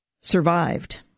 survived